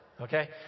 Okay